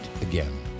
again